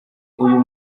uyu